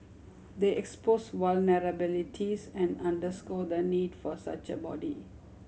they expose vulnerabilities and underscore the need for such a body